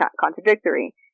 contradictory